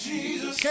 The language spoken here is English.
Jesus